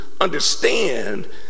understand